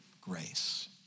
Grace